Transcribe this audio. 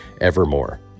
evermore